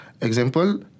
Example